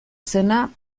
zena